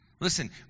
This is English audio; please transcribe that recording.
Listen